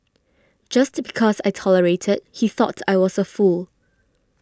just because I tolerated he thought I was a fool